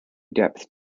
depth